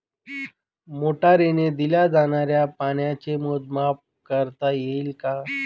मोटरीने दिल्या जाणाऱ्या पाण्याचे मोजमाप करता येईल का?